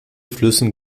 flüssen